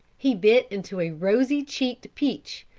he bit into a rosy cheeked peach,